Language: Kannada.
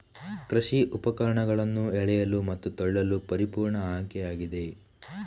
ಕೃಷಿ ಉಪಕರಣಗಳನ್ನು ಎಳೆಯಲು ಮತ್ತು ತಳ್ಳಲು ಪರಿಪೂರ್ಣ ಆಯ್ಕೆಯಾಗಿದೆ